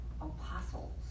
apostles